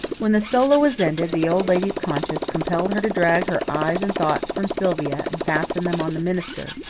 when the solo was ended, the old lady's conscience compelled her to drag her eyes and thoughts from sylvia, and fasten them on the minister,